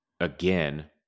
again